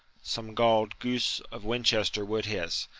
some galled goose of winchester would hiss.